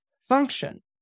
function